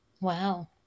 Wow